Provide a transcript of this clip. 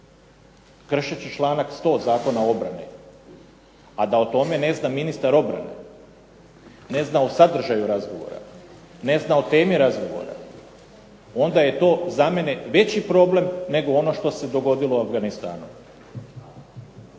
kršeći članak 100. Zakona o obrani, a da o tome ne zna ministar obrane, ne zna o sadržaju razgovora, ne zna o temi razgovora, onda je to za mene veći problem nego ono što se dogodilo u Afganistanu.